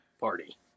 Party